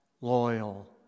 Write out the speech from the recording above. loyal